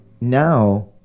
now